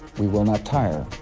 we will not tire,